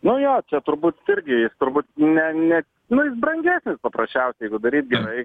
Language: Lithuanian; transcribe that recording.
nu jo čia turbūt irgi jis turbūt ne ne nu jis brange paprasčiausiai jeigu daryt gerai